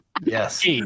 yes